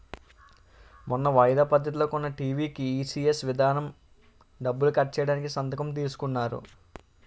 మొన్న వాయిదా పద్ధతిలో కొన్న టీ.వి కీ ఈ.సి.ఎస్ విధానం డబ్బులు కట్ చేయడానికి సంతకం తీసుకున్నారు